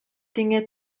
dinge